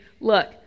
Look